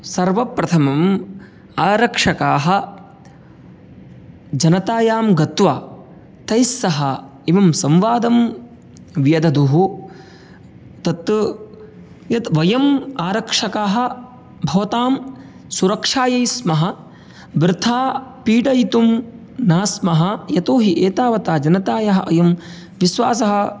सर्वप्रथमम् आरक्षकाः जनतायां गत्वा तैस्सह एवं संवादं व्यददुः तत्तु यद् वयम् आरक्षकाः भवतां सुरक्षायै स्मः वृथा पीडयितुं न स्मः यतोहि एतावता जनतायाः अयं विश्वासः